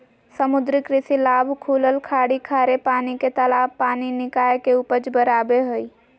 समुद्री कृषि लाभ खुलल खाड़ी खारे पानी के तालाब पानी निकाय के उपज बराबे हइ